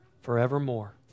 forevermore